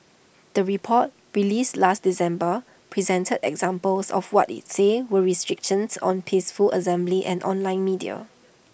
the report released last December presented examples of what IT said were restrictions on peaceful assembly and online media